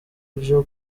vyo